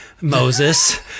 Moses